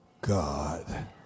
God